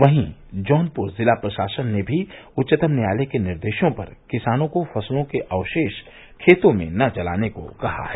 वहीं जौनपुर जिला प्रशासन ने भी उच्चतम न्यायालय के निर्देश पर किसानों को फसलों के अवशेष खेतों में न जलाने को कहा है